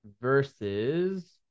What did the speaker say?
versus